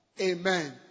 Amen